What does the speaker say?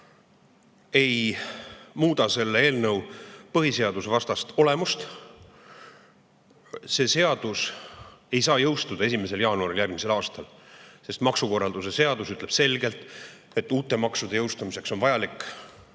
ei muuda selle eelnõu põhiseadusvastast olemust. See seadus ei saa jõustuda 1. jaanuaril järgmisel aastal, sest maksukorralduse seadus ütleb selgelt, et uute maksude jõustamiseks on